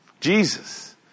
Jesus